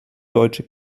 deutsche